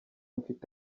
mfite